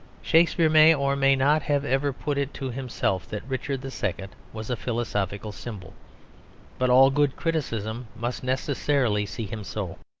shakespeare may, or may not, have ever put it to himself that richard the second was a philosophical symbol but all good criticism must necessarily see him so.